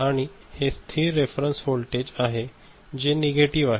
आणि हे स्थिर रेफरन्स वोल्टेज आहे जे नेगेटिव्ह आहे